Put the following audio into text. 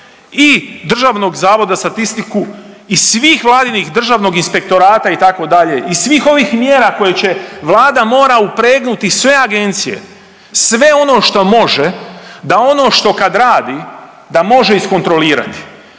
i HNB-a i DZS-a i svih vladinih, Državnog inspektorata, itd., i svih ovih mjera koje će, Vlada mora upregnuti sve agencije, sve ono što može, da ono što kad radi, da može iskontrolirati.